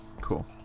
Cool